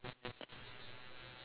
eh you bought a new computer already ah